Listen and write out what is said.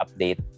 update